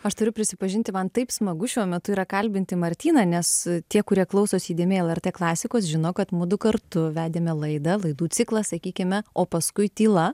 aš turiu prisipažinti man taip smagu šiuo metu yra kalbinti martyną nes tie kurie klausosi įdėmiai lrt klasikos žino kad mudu kartu vedėme laidą laidų ciklą sakykime o paskui tyla